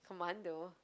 commando